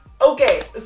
Okay